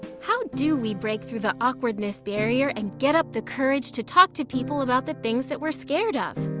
how do we break through the awkwardness barrier and get up the courage to talk to people about the things that we're scared of?